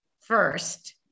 first